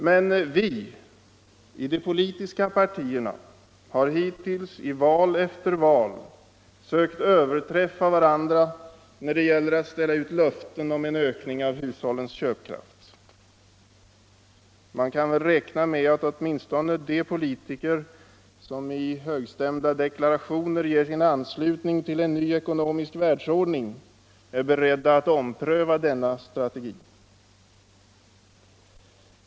Men vi i de politiska partierna har hittills i val efter val sökt överträffa varandra när det gäller att ställa ut löften om en ökning av hushållens köpkraft. Man kan väl räkna med att åtminstone de politiker som i högstämda deklarationer ger sin anslutning till en ny ekonomisk världsordning är beredda att ompröva denna strategi.